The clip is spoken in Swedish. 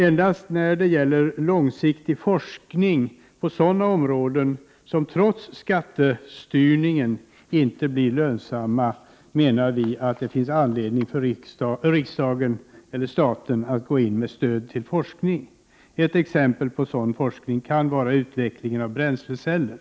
Endast när det gäller långsiktig forskning på sådana områden som trots skattestyrningen inte blir lönsamma, menar vi att det finns anledning för riksdagen och statsmakterna att gå in med stöd till forskningen. Ett exempel på sådan forskning kan vara utveckling av bränsleceller.